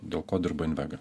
dėl ko dirba invega